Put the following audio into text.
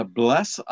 bless